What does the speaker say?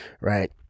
right